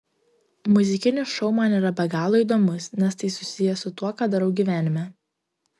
muzikinis šou man yra be galo įdomus nes tai susiję su tuo ką darau gyvenime